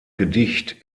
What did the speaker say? gedicht